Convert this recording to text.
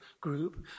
group